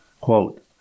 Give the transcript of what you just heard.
quote